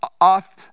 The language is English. off